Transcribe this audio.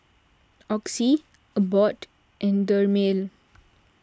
Oxy Abbott and Dermale